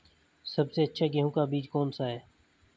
सबसे अच्छा गेहूँ का बीज कौन सा है?